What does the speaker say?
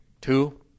two